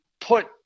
put